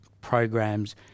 programs